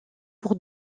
pour